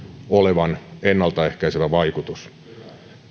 olevan ennaltaehkäisevä vaikutus